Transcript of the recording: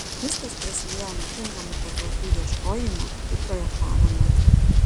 viskas prasidėjo nuo tinkamų patalpų ieškojimo jų projektavimo